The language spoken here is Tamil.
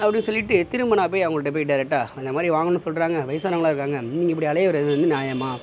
அப்டின்னு சொல்லிவிட்டு திரும்ப நான் போய் அவங்கள்ட்ட போய்ட்டு டைரெக்டா அந்த மாதிரி வாங்கணும் சொல்கிறாங்க வயசானவங்களா இருக்காங்க நீங்கள் இப்படி அலைய விடுவது வந்து நியாயமா